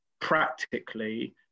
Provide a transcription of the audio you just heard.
practically